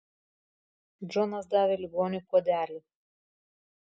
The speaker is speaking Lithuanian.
džonas davė ligoniui puodelį